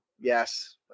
Yes